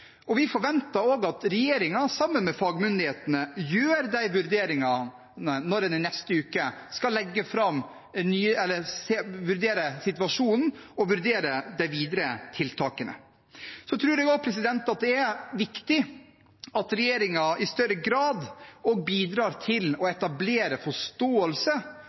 Vi forventer også at regjeringen sammen med fagmyndighetene gjør de vurderingene når en i neste uke skal vurdere situasjonen og de videre tiltakene. Jeg tror også det er viktig at regjeringen i større grad bidrar til å etablere forståelse